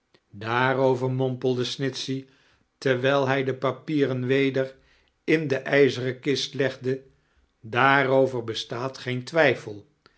daaroveir mornpellde snitchey terwijl hij de papiereri weder in de ijaenen kist legde daaroiveir bestaat geen twijfel